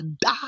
die